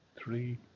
three